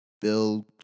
Bill